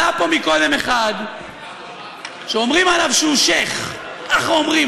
עלה פה קודם אחד שאומרים עליו שהוא שיח'; ככה אומרים,